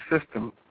system